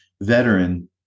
veteran